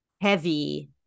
heavy